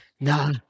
no